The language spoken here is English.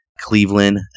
Cleveland